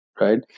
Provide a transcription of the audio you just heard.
right